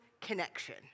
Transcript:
connection